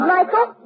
Michael